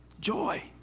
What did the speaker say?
joy